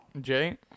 Jay